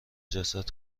جسد